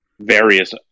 various